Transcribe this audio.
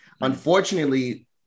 Unfortunately